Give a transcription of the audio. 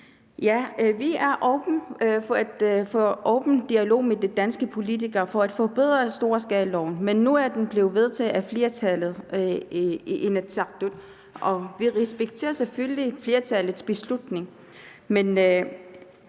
vi er åbne for en dialog med de danske politikere for at forbedre storskalaloven, men nu er den blevet vedtaget af flertallet i Inatsisartut. Vi respekterer selvfølgelig flertallets beslutning,